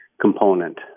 component